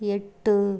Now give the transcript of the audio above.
எட்டு